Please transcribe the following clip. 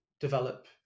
develop